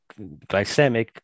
glycemic